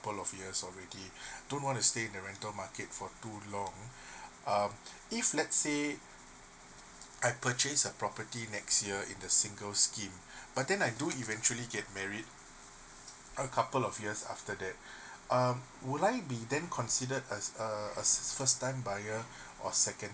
of years alredy I don't want to stay in the rental market for too long um if let's say I purchase a property next year in the single scheme but then I do eventually get married a couple of years after that um would I be then considered as a as a first time buyer or second